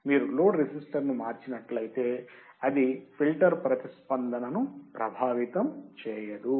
మీరు లోడ్ రెసిస్టర్ను మార్చినట్లయితే అది ఫిల్టర్ ప్రతిస్పందనను ప్రభావితం చేయదు